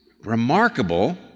remarkable